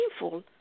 painful